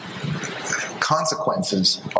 consequences